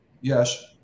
yes